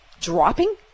dropping